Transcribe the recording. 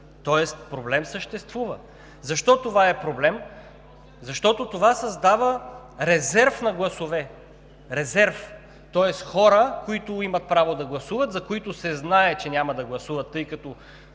Тоест проблем съществува. Защо това е проблем? Защото това създава резерв на гласове, тоест хора, които имат право да гласуват, за които се знае, че няма да гласуват, тъй като